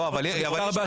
לא על